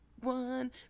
One